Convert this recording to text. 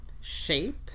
shape